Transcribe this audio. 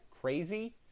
crazy